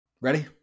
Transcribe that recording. Ready